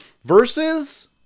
Versus